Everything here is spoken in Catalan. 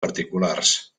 particulars